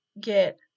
get